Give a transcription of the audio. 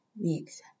week's